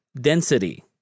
density